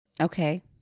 okay